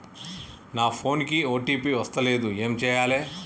నా ఫోన్ కి ఓ.టీ.పి వస్తలేదు ఏం చేయాలే?